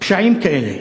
פשעים כאלה.